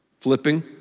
flipping